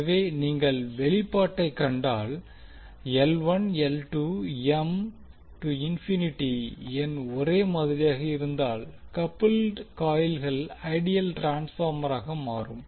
எனவே நீங்கள் வெளிப்பாட்டைக் கண்டால் n ஒரே மாதிரியாக இருந்தால் கப்புல்ட் காயில்கள் ஐடியல் ட்ரான்ஸ்பார்மராக மாறும்